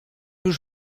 już